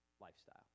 lifestyle